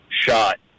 shot